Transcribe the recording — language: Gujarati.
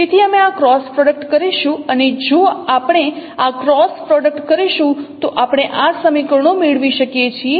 તેથી અમે આ ક્રોસ પ્રોડક્ટ કરીશું અને જો આપણે આ ક્રોસ પ્રોડક્ટ કરીશું તો આપણે આ સમીકરણો મેળવી શકીએ છીએ